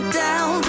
down